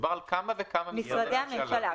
מדובר על כמה וכמה משרדי ממשלה.